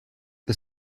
the